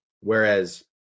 whereas